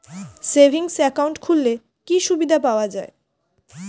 Savings account খুললে কি সুবিধা পাওয়া যায়?